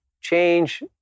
change